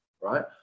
right